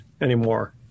anymore